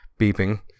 beeping